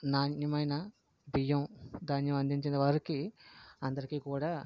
నాణ్యమైన బియ్యం ధాన్యం అందించిన వారికి అందరికి కూడా